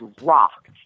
rock